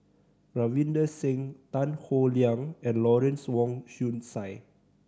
Ravinder Singh Tan Howe Liang and Lawrence Wong Shyun Tsai